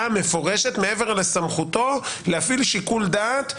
מפורשת מעבר לסמכותו להפעיל שיקטול דעת?